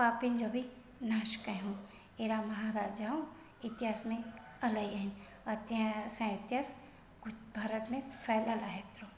पापीन जो बि नाश कयो अहिड़ा महाराजाऊं इतिहासु में इलाहीं आहिनि असांजे इतिहासु भारत में फेलियलु आहे एतिरो